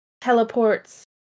teleports